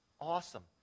Awesome